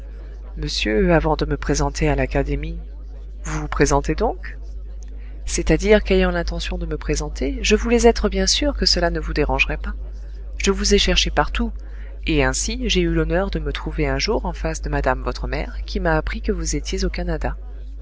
monsieur monsieur avant de me présenter à l'académie vous vous présentez donc c'est-à-dire qu'ayant l'intention de me présenter je voulais être bien sûr que cela ne vous dérangerait pas je vous ai cherché partout et ainsi j'ai eu l'honneur de me trouver un jour en face de madame votre mère qui m'a appris que vous étiez au canada